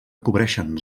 cobreixen